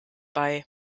bei